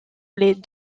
les